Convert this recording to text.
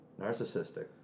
Narcissistic